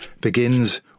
begins